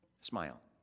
Smile